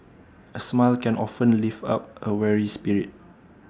A smile can often lift up A weary spirit